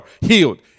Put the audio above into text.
healed